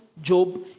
Job